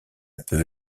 peu